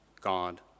God